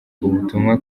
ubutumwa